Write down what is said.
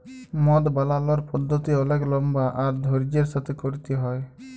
মদ বালালর পদ্ধতি অলেক লম্বা আর ধইর্যের সাথে ক্যইরতে হ্যয়